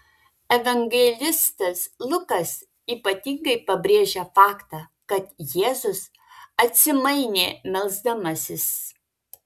evangelistas lukas ypatingai pabrėžia faktą kad jėzus atsimainė melsdamasis